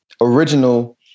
original